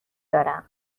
دارم